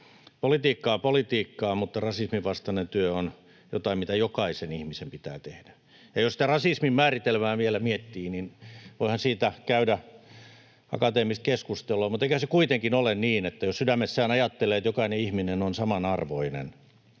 Politiikka on politiikkaa, mutta rasismin vastainen työ on jotain, mitä jokaisen ihmisen pitää tehdä. Jos sitä rasismin määritelmää vielä miettii, niin voihan siitä käydä akateemista keskustelua, mutta eiköhän se kuitenkin ole niin, että jos sydämessään ajattelee, että jokainen ihminen on samanarvoinen